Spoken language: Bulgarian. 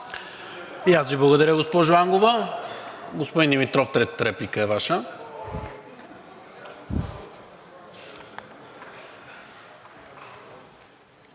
И аз Ви благодаря, госпожо Ангова. Господин Димитров, третата реплика е Ваша.